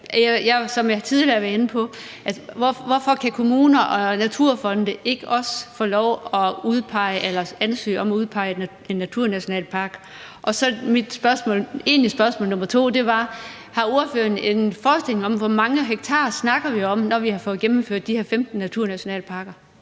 Hvorfor kan kommuner og naturfonde ikke også få lov til at udpege eller ansøge om at udpege en naturnationalpark? Og så var mit spørgsmål nr. 2 egentlig: Har ordføreren en forestilling om, hvor mange hektarer vi snakker om, når vi har fået gennemført de her 15 naturnationalparker?